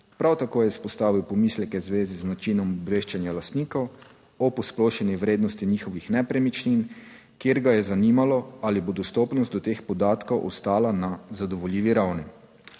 Prav tako je izpostavil pomisleke v zvezi z načinom obveščanja lastnikov o posplošeni vrednosti njihovih nepremičnin, kjer ga je zanimalo, ali bo dostopnost do teh podatkov ostala na zadovoljivi ravni.